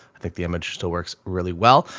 i think the image still works really well.